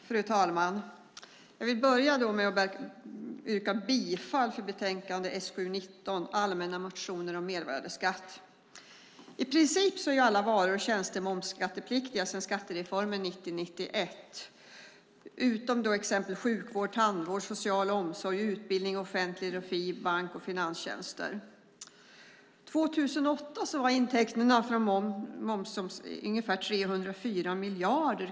Fru talman! Jag vill börja med att yrka bifall till utskottets förslag betänkandet SkU19, Allmänna motioner om mervärdeskatt . I princip är alla varor och tjänster momsskattepliktiga sedan skattereformen 1990/91 utom exempelvis sjukvård, tandvård, social omsorg, utbildning i offentlig regi samt bank och finanstjänster. År 2008 var intäkterna från moms ca 304 miljarder.